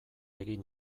egin